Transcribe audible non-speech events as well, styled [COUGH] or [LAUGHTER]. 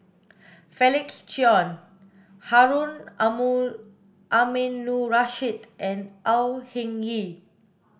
Felix Cheong Harun [UNINTELLIGIBLE] Aminurrashid and Au Hing Yee